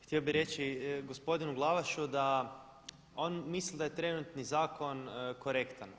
Htio bih reći gospodinu Glavašu da on misli da je trenutni zakon korektan.